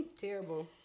Terrible